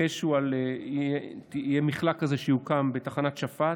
יהיה מחלק כזה שיוקם בתחנת שפט,